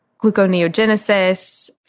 Gluconeogenesis